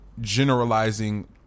generalizing